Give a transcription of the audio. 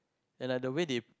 and like the way they